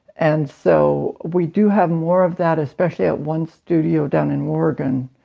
and so we do have more of that especially at one studio down in oregon.